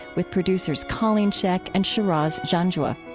with producers colleen scheck and shiraz janjua.